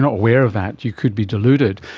aware of that you could be deluded.